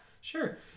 sure